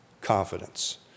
confidence